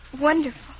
Wonderful